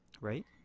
Right